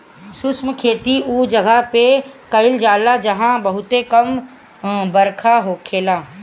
शुष्क खेती उ जगह पे कईल जाला जहां बहुते कम बरखा होखेला